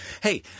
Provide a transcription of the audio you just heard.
Hey